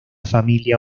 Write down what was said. familia